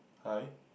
hi